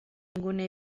ninguna